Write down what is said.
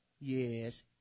Yes